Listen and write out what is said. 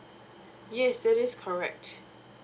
yes that is correct